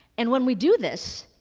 and when we do this,